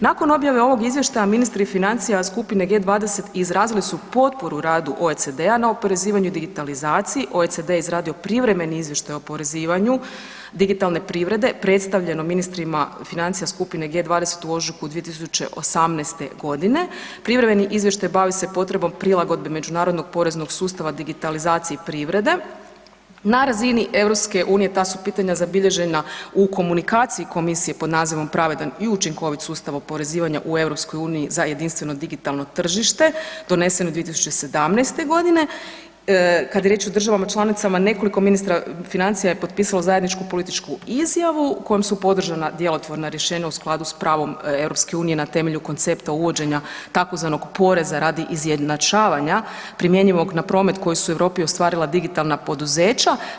Nakon objave ovog izvještaja ministri financija skupne G20 izrazili su potporu radu OECD-a na oporezivanju digitalizaciji, OECD je izradio privremeni izvještaj o oporezivanju digitalne privrede predstavljenom ministrima financija skupine G20 u ožujku 2018.g. Privremeni izvještaj bavi se potrebom prilagodbe međunarodnog poreznog sustava digitalizaciji privrede na razini EU ta su pitanja zabilježena u komunikacije Komisije pod nazivom „Pravedan i učinkovit sustav oporezivanja u EU za jedinstveno digitalno tržište“ doneseno 2017.g. Kada je riječ o državama članicama nekoliko ministara financija je potpisalo zajedničku političku izjavu u kojem su podržana djelotvorna rješenja u skladu s pravom EU na temelju koncepta uvođenja tzv. poreza radi izjednačavanja primjenjivog na promet koji su u Europi ostvarila digitalna poduzeća.